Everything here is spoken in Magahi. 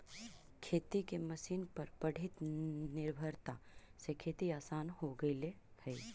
खेती के मशीन पर बढ़ीत निर्भरता से खेती आसान हो गेले हई